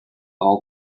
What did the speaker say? all